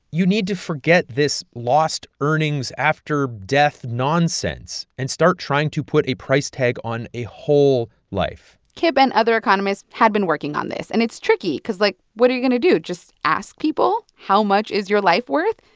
you need to forget this lost earnings after death nonsense, and start trying to put a price tag on a whole life kip and other economists had been working on this. and it's tricky because, like, what are you going to do, just ask people, how much is your life worth?